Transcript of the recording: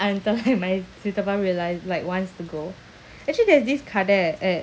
so is like I have to wait until like my chithappa realise like wants to go actually there's this kadai at